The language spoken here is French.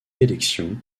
élection